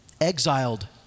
exiled